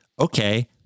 okay